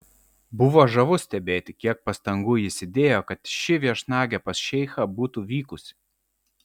buvo žavu stebėti kiek pastangų jis įdėjo kad ši viešnagė pas šeichą būtų vykusi